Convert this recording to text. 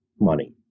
money